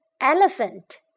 Elephant